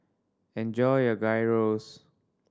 enjoy your Gyros